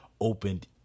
opened